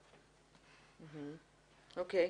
אוקיי.